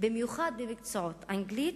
במיוחד במקצועות אנגלית,